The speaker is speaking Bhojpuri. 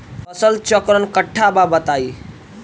फसल चक्रण कट्ठा बा बताई?